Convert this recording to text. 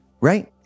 right